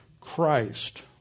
christ